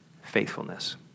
faithfulness